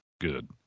good